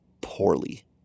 poorly